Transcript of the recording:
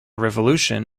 revolution